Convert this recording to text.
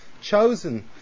chosen